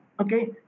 Okay